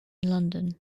london